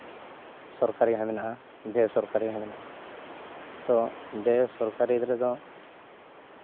ᱥᱚᱨᱠᱟᱨᱤ ᱦᱚᱸ ᱢᱮᱱᱟᱜᱼᱟ ᱵᱮᱥᱚᱨᱠᱟᱨᱤ ᱦᱚᱸ ᱢᱮᱱᱟᱜᱼᱟ ᱛᱚ ᱵᱮᱥᱚᱨᱠᱟᱨᱤ ᱨᱮᱫᱚ